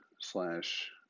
slash